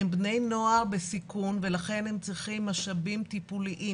הם בני נוער בסיכון ולכן הם צריכים משאבים טיפוליים